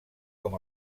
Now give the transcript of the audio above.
com